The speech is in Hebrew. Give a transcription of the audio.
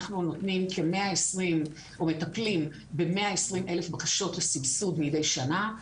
אנחנו נותנים או מטפלים ב-120,000 בקשות לסבסוד מדי שנה,